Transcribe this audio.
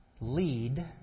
lead